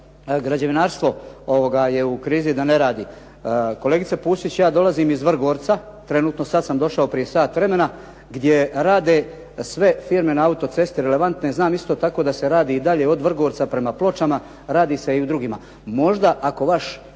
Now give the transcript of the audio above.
građevinarstvo je u krizi da ne radi. Kolegice Pusić, ja dolazim iz Vrgorca, trenutno, sada sam došao prije sat vremena, gdje rade sve firme na autocesti relevantne, znam isto tako da se radi i dalje od Vrgorca prema Ploćama, radi se i u drugima. Možda ako vaš